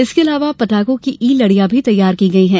इसके अलावा पटाखों की ई लड़ियां भी तैयार की गई हैं